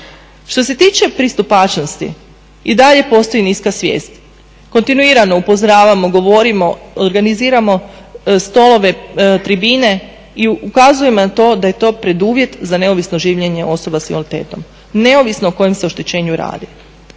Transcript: Što se tiče pristupačnosti i dalje postoji niska svijest. Kontinuirano upozoravamo, govorimo, organiziramo stolove, tribine i ukazujemo na to da je to preduvjet za neovisno življenje osoba s invaliditetom neovisno o kojem se oštećenju radi.